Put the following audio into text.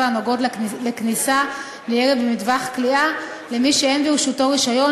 הנוגעות לכניסה לירי במטווח קליעה למי שאין ברשותו רישיון,